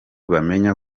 bamenya